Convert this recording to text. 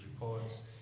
reports